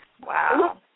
Wow